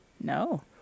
No